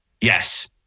yes